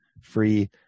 free